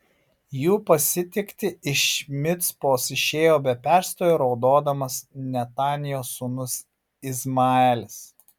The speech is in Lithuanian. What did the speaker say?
jų pasitikti iš micpos išėjo be perstojo raudodamas netanijos sūnus izmaelis